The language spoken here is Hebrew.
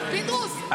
פינדרוס,